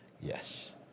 Yes